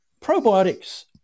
probiotics